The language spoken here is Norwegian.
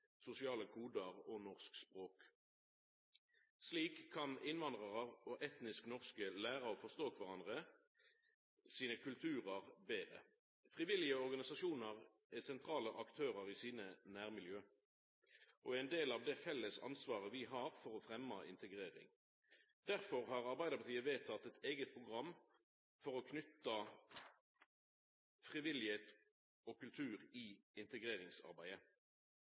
sosiale kodar og norsk språk. Slik kan innvandrarar og etnisk norske læra å forstå kvarandre sine kulturar betre. Frivillige organisasjonar er sentrale aktørar i sine nærmiljø og er ein del av det felles ansvaret vi har for å fremma integrering. Derfor har Arbeidarpartiet vedteke eit eige program for å nytta frivilligheit og kultur i integreringsarbeidet.